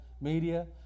media